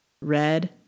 red